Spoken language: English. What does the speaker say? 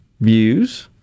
views